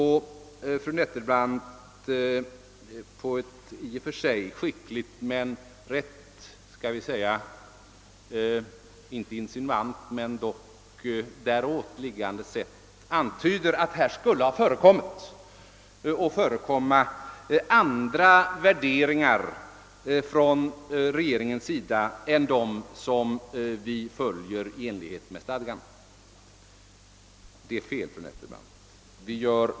Fru Nettelbrandt har på ett i och för sig skickligt men nära på insinuant sätt antytt att regeringen skulle ha utgått från andra värderingar än dem som är föreskrivna i stadgarna. Det är fel, fru Nettelbrandt.